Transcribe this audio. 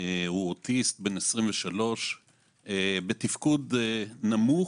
הוא אוטיסט בן 23 בתפקוד נמוך,